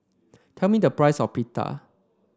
tell me the price of Pita